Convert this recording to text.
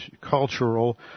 cultural